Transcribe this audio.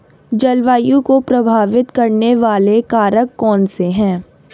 जलवायु को प्रभावित करने वाले कारक कौनसे हैं?